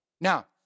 Now